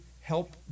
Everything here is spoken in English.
help